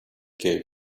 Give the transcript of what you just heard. gay